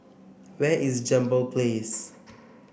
where is Jambol Place